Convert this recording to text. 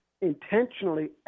intentionally